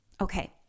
Okay